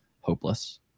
hopeless